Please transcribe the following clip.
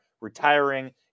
Retiring